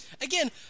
Again